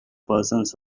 persons